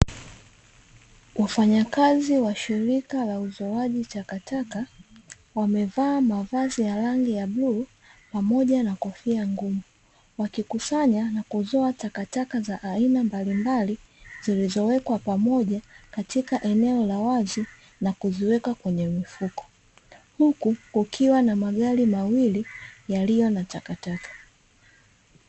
Wafanyakazi wa shirika la uzoaji takataka wamevaa mavazi ya rangi ya buluu pamoja na kofia ngumu. Wakikusanya na kuzoa takataka za aina mbalimbali zilizowekwa pamoja katika eneo la wazi na kuviweka kwenye mifuko, huku kukiwa na magari mawili yaliyo na takataka.